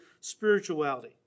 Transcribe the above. spirituality